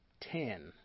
ten